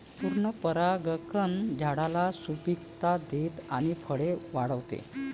पूर्ण परागकण झाडाला सुपिकता देते आणि फळे वाढवते